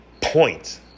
point